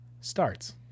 starts